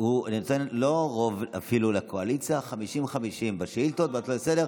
אפילו לא ניתן רוב לקואליציה אלא 50:50 בשאילתות ובהצעות